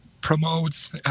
promotes